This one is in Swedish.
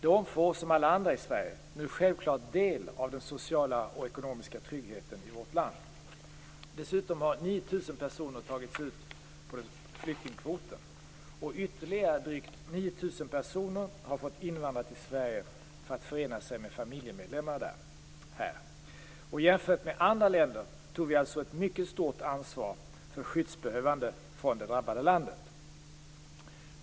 De får som alla andra i Sverige nu självklart del av den sociala och ekonomiska tryggheten i vårt land. Dessutom har 9 000 personer tagits ut på flyktingkvoten. Ytterligare drygt 9 000 personer har fått invandra till Sverige för att förena sig med familjemedlemmar här. Jämfört med andra länder tog vi alltså ett mycket stort ansvar för skyddsbehövande från det drabbade landet.